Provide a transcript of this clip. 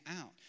out